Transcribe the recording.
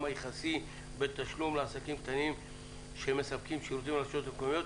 היחסי בתשלום לעסקים קטנים שמספקים שירותים לרשויות מקומיות,